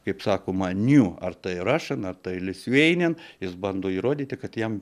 kaip sakoma niu ar tai rašan ar tai lifueinian jis bando įrodyti kad jam